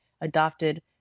adopted